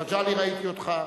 מגלי, ראיתי אותך.